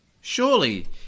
Surely